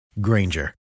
Granger